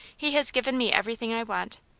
he has given me everything i want.